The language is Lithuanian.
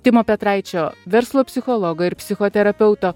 timo petraičio verslo psichologo ir psichoterapeuto